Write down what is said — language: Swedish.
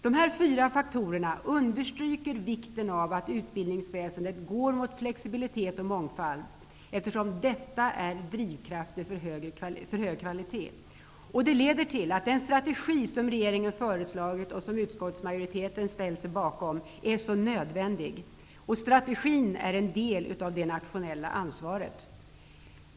Dessa fyra faktorer understryker vikten av att utbildningsväsendet går mot flexibilitet och mångfald eftersom detta är drivkrafter för hög kvalitet. Det leder till att den strategi som regeringen föreslagit och som utskottsmajoriteten ställt sig bakom är nödvändig. Strategin är en del av det nationella ansvaret.